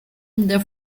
der